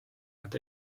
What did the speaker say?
nad